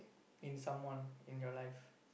in someone in your life